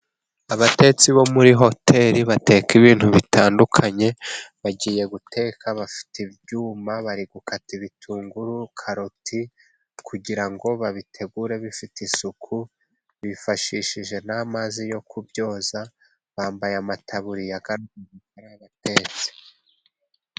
Abatetsi bo muri hoteli bateka ibintu bitandukanye, bagiye guteka bafite ibyuma bari gukata ibitunguru, karoti, kugira ngo babitegure bifite isuku bifashishije n'amazi yo kubyoza, bambaye amataburi y'abatetsi.